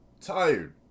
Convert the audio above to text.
Tired